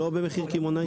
לא במחיר קמעונאי.